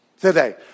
today